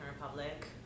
Republic